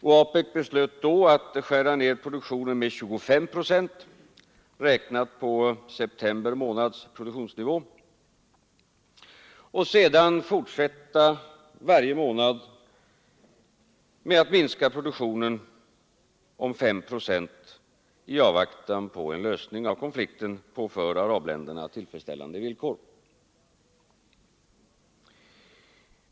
OAPEC beslöt då att skära ned produktionen med 25 procent, räknat på september månads produktionsnivå, och sedan fortsätta varje månad att minska produktionen med 5 procent i avvaktan på en lösning av konflikten på för arabländerna tillfredsställande villkor.